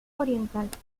oriental